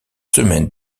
semaines